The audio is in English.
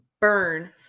burn